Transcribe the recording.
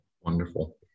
Wonderful